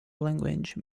language